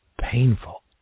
painful